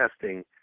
testing